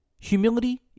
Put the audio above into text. Humility